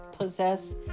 possess